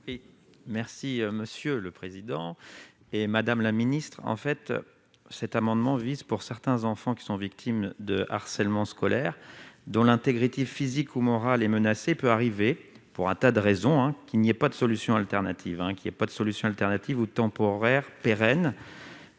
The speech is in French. Merci monsieur le président, et Madame la Ministre, en fait, cet amendement vise pour certains enfants, qui sont victimes de harcèlement scolaire dont l'intégrité physique ou morale et menacé peut arriver pour un tas de raisons, hein, qu'il n'y a pas de solution alternative, hein,